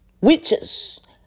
witches